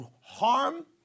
harm